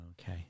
Okay